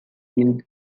built